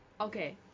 Okay